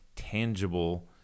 tangible